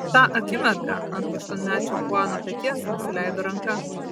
tą akimirką ant aštuonmečio chuano peties nusileido ranka